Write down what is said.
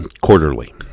quarterly